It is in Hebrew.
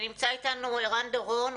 נמצא איתנו ערן דורון,